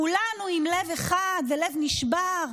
כולנו עם לב אחד ולב נשבר.